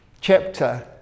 chapter